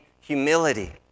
humility